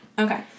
okay